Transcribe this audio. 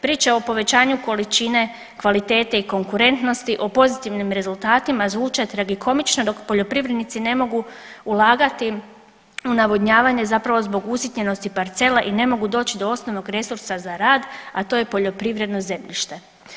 Priče o povećanju količine, kvalitete i konkurentnosti o pozitivnim rezultatima zvuče tragikomično dok poljoprivrednici ne mogu ulagati u navodnjavanje zapravo zbog usitnjenosti parcela i ne mogu doći do osnovnog resursa za rad, a to je poljoprivredno zemljište.